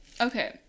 okay